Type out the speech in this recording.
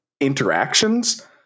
interactions